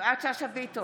יפעת שאשא ביטון,